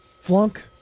flunk